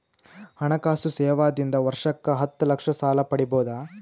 ಹಣಕಾಸು ಸೇವಾ ದಿಂದ ವರ್ಷಕ್ಕ ಹತ್ತ ಲಕ್ಷ ಸಾಲ ಪಡಿಬೋದ?